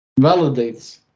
validates